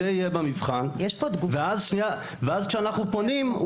זה יהיה במבחן ואז כשאנחנו פונים,